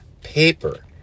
paper